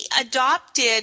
adopted